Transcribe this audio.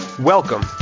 Welcome